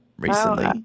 recently